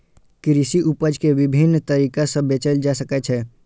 कृषि उपज कें विभिन्न तरीका सं बेचल जा सकै छै